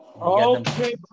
Okay